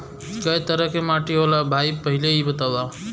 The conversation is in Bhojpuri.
कै तरह के माटी होला भाय पहिले इ बतावा?